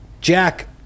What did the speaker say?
Jack